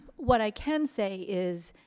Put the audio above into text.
what i can say is